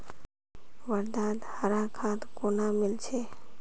वर्धात हरा खाद कुहाँ मिल छेक